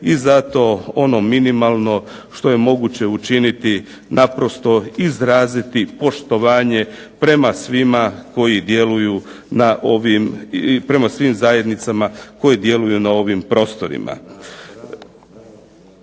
i zato ono minimalno što je moguće učiniti naprosto izraziti poštovanje prema svima koji djeluju na ovim prema svim zajednicama koji djeluju na ovim prostorima.